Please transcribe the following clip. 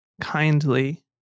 kindly